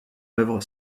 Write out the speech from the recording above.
œuvre